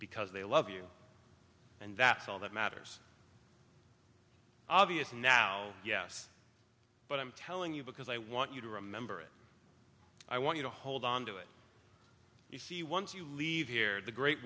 because they love you and that's all that matters obviously now yes but i'm telling you because i want you to remember it i want you to hold onto it you see once you leave here the great